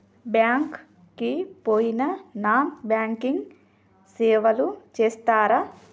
Bank కి పోయిన non banking సేవలు చేస్తరా?